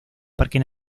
parque